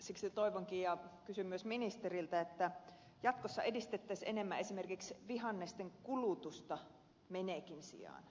siksi toivonkin ja kysyn myös ministeriltä että jatkossa edistettäisiin enemmän esimerkiksi vihannesten kulutusta menekin sijaan